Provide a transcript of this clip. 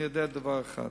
אני יודע דבר אחד,